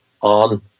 on